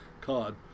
cod